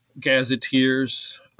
gazetteers